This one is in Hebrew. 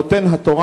נותן התורה,